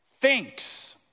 thinks